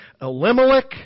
Elimelech